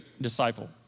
disciple